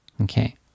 Okay